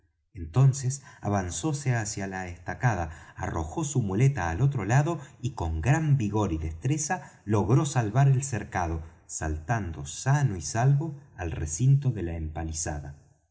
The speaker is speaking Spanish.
entonces avanzóse hacia la estacada arrojó su muleta al otro lado y con gran vigor y destreza logró salvar el cercado saltando sano y salvo al recinto de la empalizada